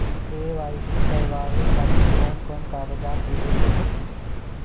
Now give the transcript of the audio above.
KYC करवावे खातिर कौन कौन कागजात देवे के पड़ी?